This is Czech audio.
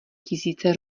tisíce